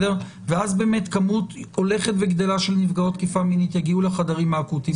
ואז כמות הולכת וגדלה של נפגעות תקיפה מינית יגיעו לחדרים האקוטיים.